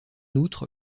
outre